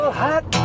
hot